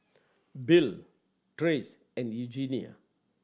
Bill Trace and Eugenia